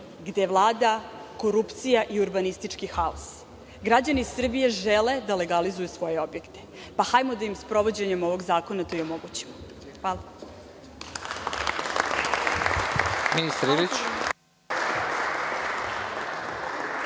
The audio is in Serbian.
gde vlada korupcija i urbanistički haos. Građani Srbije žele da legalizuju svoje objekte. Hajdemo da im sprovođenjem ovog zakona to i omogućimo. Hvala.